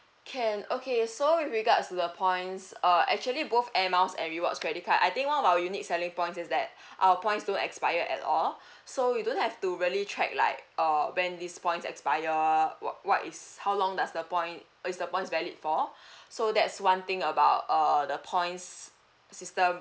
can okay so with regards to the points uh actually both Air Miles and rewards credit card I think one of our unique selling points is that our points don't expire at all so you don't have to really track like err when these points expire what what is how long does the point is the points valid for so that's one thing about err the points system